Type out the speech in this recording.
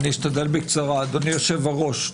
אדוני יושב-הראש,